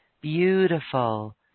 Beautiful